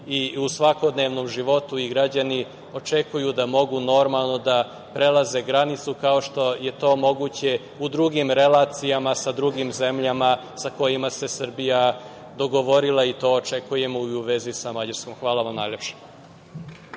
i u svakodnevnom životu. Građani očekuju da mogu normalno da prelaze granicu kao što je to moguće u drugim relacijama sa drugim zemljama sa kojima se Srbija dogovorila i to očekujemo i u vezi sa Mađarskom. Hvala vam najlepše.